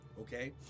okay